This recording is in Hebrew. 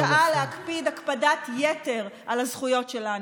השעה להקפיד הקפדת יתר על הזכויות שלנו.